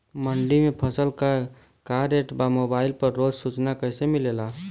मंडी में फसल के का रेट बा मोबाइल पर रोज सूचना कैसे मिलेला?